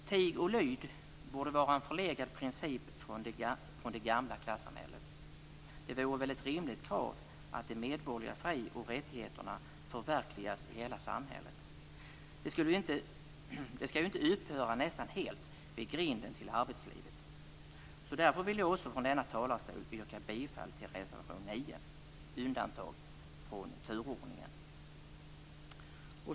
Tig och lyd borde vara en förlegad princip från det gamla klassamhället. Det vore väl ett rimligt krav att de medborgerliga fri och rättigheterna förverkligas i hela samhället. Det skall ju inte upphöra nästan helt vid grinden till arbetslivet. Därför vill jag också från denna talarstol yrka bifall till reservation 9 om undantag från turordningen.